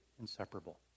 inseparable